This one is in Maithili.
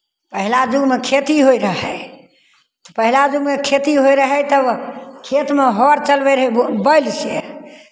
पहिला युगमे खेती होइत रहय पहिला युगमे खेती होइत रहय तब खेतमे हर चलबैत रहय ग् बैलसँ